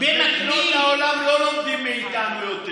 מדינות העולם לא לומדות מאיתנו יותר.